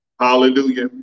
hallelujah